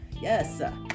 yes